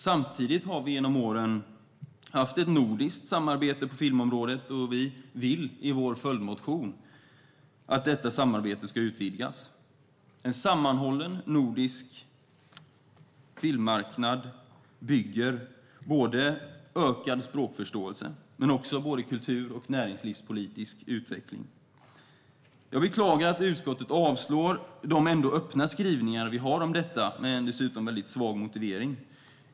Samtidigt har vi genom åren haft ett nordiskt samarbete på filmområdet, och vi vill i vår följdmotion att detta samarbete ska utvidgas. En sammanhållen nordisk filmmarknad bygger en ökad språkförståelse men ger också kultur och näringspolitisk utveckling. Jag beklagar att utskottet avstyrker de ändå öppna skrivningar vi har om detta, dessutom med en mycket svag motivering.